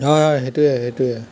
হয় হয় সেইটোৱে সেইটোৱে